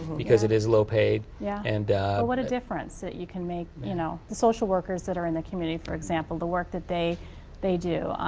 because it is low paid yeah and. well what a difference that you can make you know, the social workers that are in the community for example the work that they they do.